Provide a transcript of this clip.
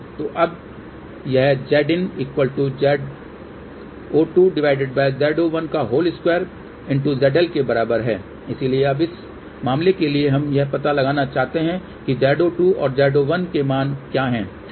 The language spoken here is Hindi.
तो अब यह Zin Z02 Z012 ZL के बराबर है इसलिए अब इस विशेष मामले के लिए हम यह पता लगाना चाहते हैं कि Z02 और Z01 के मान क्या हैं